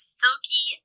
silky